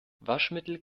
waschmittel